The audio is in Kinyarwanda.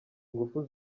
ingufu